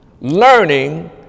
Learning